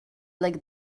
like